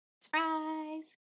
Surprise